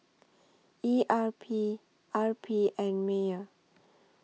E R P R P and Mewr